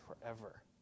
forever